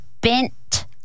bent